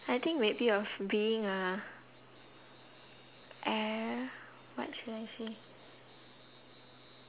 I think might be of being a uh what should I say